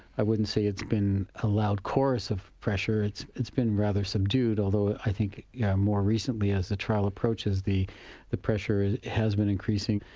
i wouldn't say it's been a loud chorus of pressure, it's it's been rather subdued, although i think yeah more recently as the trial approaches, the the pressure has been increasing.